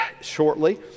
shortly